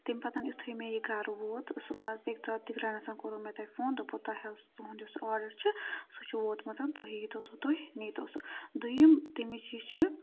تٔمۍ پَتَن یُتھُے مےٚ یہِ گَرٕ ووت صُبحس بیٚکہِ دۄہ دِگرَنَسَن کوٚرو مےٚ تۄہہِ فون دوٚپوُ تۄہہِ حظ تُہُنٛد یُس آرڈَر چھُ سُہ چھُ ووتمُت تُہۍ ییٖتو تہٕ تُہۍ نیٖتو سُہ دوٚیِم تٔمِچ یہِ چھےٚ